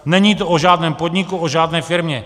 Není to o žádném podniku, o žádné firmě.